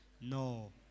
No